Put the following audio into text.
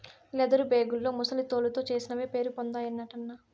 leather బేగుల్లో ముసలి తోలుతో చేసినవే పేరుపొందాయటన్నా